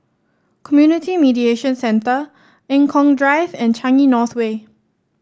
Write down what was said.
Community Mediation Centre Eng Kong Drive and Changi North Way